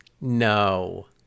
No